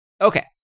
okay